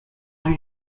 rue